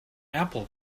apple